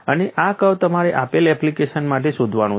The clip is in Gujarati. અને આ કર્વ તમારે આપેલ એપ્લિકેશન માટે શોધવાનું છે